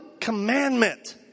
commandment